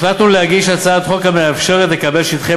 החלטנו להגיש הצעת חוק המאפשר לקבל שטחי